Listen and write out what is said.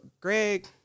Greg